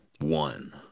One